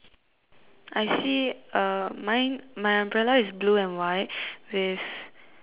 I see uh mine my umbrella is blue and white with